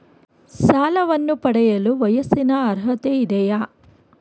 ಸಾಲವನ್ನು ಪಡೆಯಲು ವಯಸ್ಸಿನ ಅರ್ಹತೆ ಇದೆಯಾ?